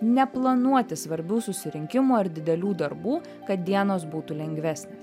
neplanuoti svarbių susirinkimų ar didelių darbų kad dienos būtų lengvesnės